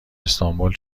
استانبول